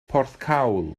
porthcawl